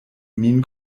min